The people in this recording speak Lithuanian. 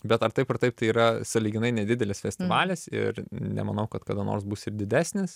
bet ar taip ar taip tai yra sąlyginai nedidelis festivalis ir nemanau kad kada nors bus ir didesnis